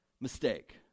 mistake